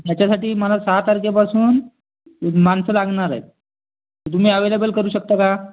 त्याच्यासाठी मला सहा तारखेपासून माणसं लागणार आहेत तर तुम्ही अवेलेबल करु शकता का